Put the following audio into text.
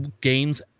games